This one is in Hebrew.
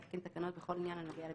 להתקין תקנות בכל עניין הנוגע לביצועו,